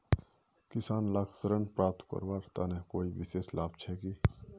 किसान लाक ऋण प्राप्त करवार तने कोई विशेष लाभ छे कि?